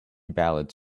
ballads